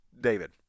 David